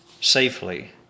safely